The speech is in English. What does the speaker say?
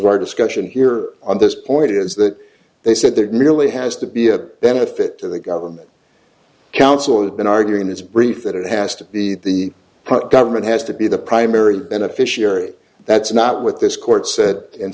our discussion here on this point is that they said there really has to be a benefit to the government council has been arguing this brief that it has to the government has to be the primary beneficiary that's not what this court said